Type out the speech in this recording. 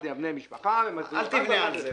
עם בני המשפחה --- אל תבנה על זה.